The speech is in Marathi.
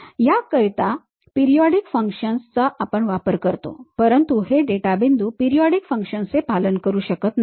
आपण याकरता पिरियॉडिक फंक्शन्स चा वापर करतो परंतु हे डेटा बिंदू पिरियॉडिक फंक्शन्सचे पालन करू शकत नाहीत